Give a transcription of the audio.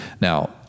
Now